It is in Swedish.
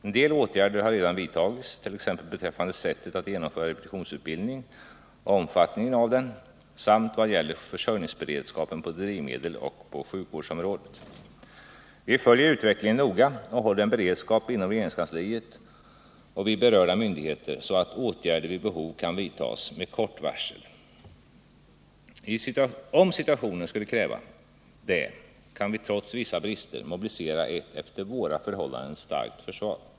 En del åtgärder har redan vidtagits, t.ex. beträffande sättet att genomföra repetitionsutbildning och omfattningen av den samt i vad gäller försörjningsberedskapen beträffande drivmedel och på sjukvårdsområdet. Vi följer utvecklingen noga och håller en beredskap inom regeringskansliet och vid berörda myndigheter, så att åtgärder vid behov kan vidtas med kort varsel. Om situationen skulle kräva det, kan vi trots vissa brister mobilisera ett efter våra förhållanden starkt försvar.